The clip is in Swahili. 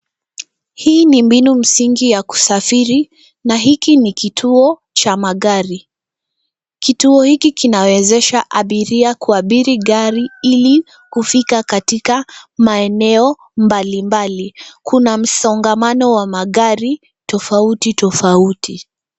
Hii ni mbinu msingi ya kusafiri na hiki ni kituo cha magari. Kituo hiki kinawezesha abiria kuabiri gari ili kufika katika maeneo mbalimbali. Kuna msongamano wa magari tofauti tofauti.